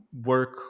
work